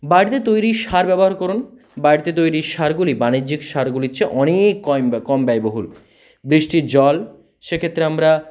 বাড়িতে তৈরি সার ব্যবহার করুন বাড়িতে তৈরি সারগুলি বাণিজ্যিক সারগুলির চেয়ে অনেক কম ব্যয়বহুল বৃষ্টির জল সেক্ষেত্রে আমরা